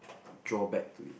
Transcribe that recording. drawback to it